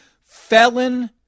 Felon